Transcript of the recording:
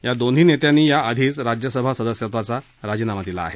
या दोन्ही नेत्यांनी या आधीच राज्य सभा सदस्यत्वाचा राजीनामा दिला आहे